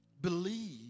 believe